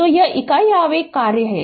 तो यह इकाई आवेग कार्य है